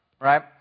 right